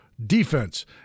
defense